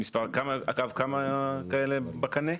אגב, כמה כאלה בקנה?